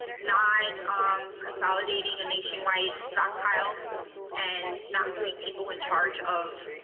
not, um, consolidating a nationwide stockpile and not putting people in charge of,